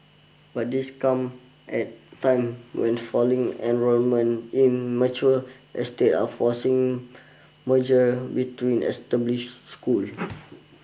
but this come at time when falling enrolment in mature estate are forcing merger between established schools